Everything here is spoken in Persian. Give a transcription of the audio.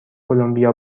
کلمبیا